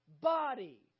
body